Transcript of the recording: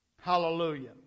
Hallelujah